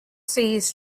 seas